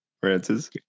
Francis